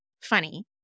funny